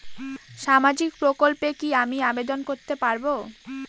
সামাজিক প্রকল্পে কি আমি আবেদন করতে পারবো?